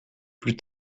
plus